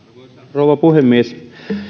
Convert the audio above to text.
rouva puhemies